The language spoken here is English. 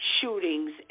shootings